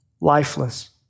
lifeless